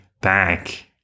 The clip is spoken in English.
back